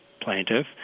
plaintiff